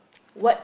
what